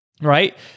right